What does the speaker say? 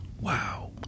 Wow